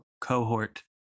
cohort